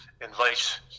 invite